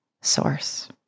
source